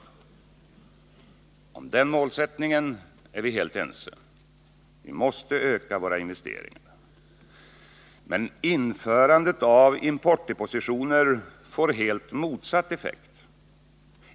Om den målsättningen är vi helt ense. Vi måste öka våra investeringar, men införandet av importdepositioner får helt motsatt effekt.